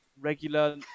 regular